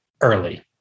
early